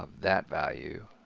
that value